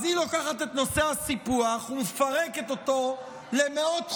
אז היא לוקחת את נושא הסיפוח ומפרקת אותו למאות חוקים,